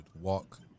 walk